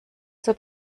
zur